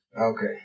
Okay